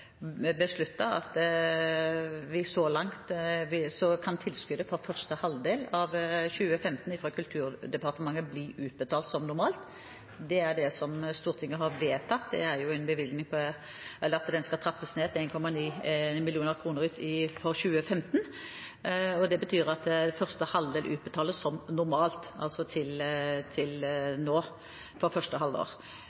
at vi nå har fått denne redegjørelsen, har vi besluttet at tilskuddet fra Kulturdepartementet for første halvdel av 2015 blir utbetalt som normalt. Stortinget har vedtatt at det skal trappes ned til 1,9 mill. kr for 2015. Det betyr at det for første halvdel utbetales som normalt til